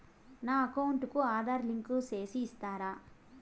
నా అకౌంట్ కు ఆధార్ లింకు సేసి ఇస్తారా?